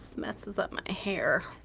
messes up my hair.